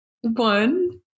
One